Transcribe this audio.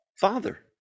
father